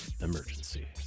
Emergency